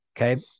Okay